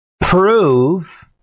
Prove